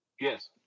Yes